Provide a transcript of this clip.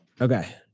okay